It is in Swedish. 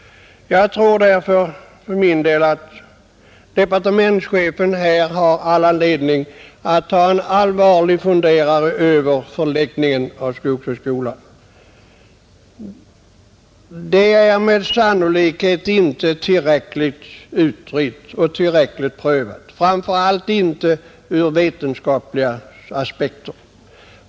Jag tror för min del att departementschefen har all anledning att ta en allvarlig funderare på förläggningen av skogshögskolan. Den frågan är sannolikt inte tillräckligt utredd och prövad — framför allt inte ur vetenskapliga aspekter.